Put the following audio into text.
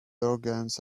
organs